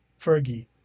Fergie